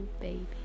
baby